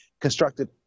constructed